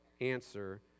answer